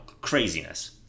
craziness